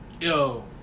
Yo